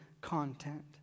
content